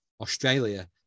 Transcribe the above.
Australia